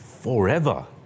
forever